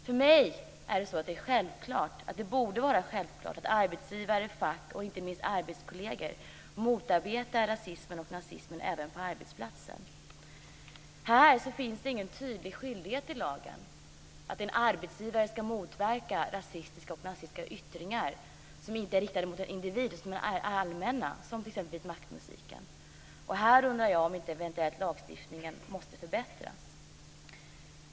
För mig är det självklart att arbetsledare, fack och inte minst arbetskolleger borde motarbeta rasismen och nazismen även på arbetsplatser. Här finns det ingen tydlig skyldighet i lagen att en arbetsgivare ska motverka rasistiska och nazistiska yttringar som inte är riktade mot en individ och som är allmänna, som t.ex. vitmaktmusiken. Här undrar jag om inte lagstiftningen eventuellt måste förbättras.